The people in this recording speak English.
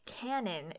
canon